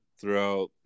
throughout